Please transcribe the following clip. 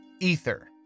Ether